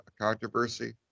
controversy